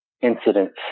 incidents